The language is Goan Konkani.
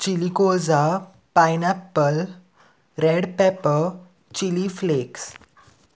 chilgoza pineapple red pepper chilli flakes